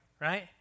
right